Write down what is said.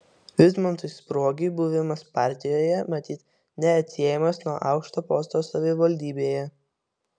vidmantui spruogiui buvimas partijoje matyt neatsiejamas nuo aukšto posto savivaldybėje